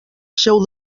seu